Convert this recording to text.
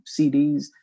CDs